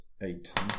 Eight